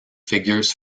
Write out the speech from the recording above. figures